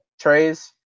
trays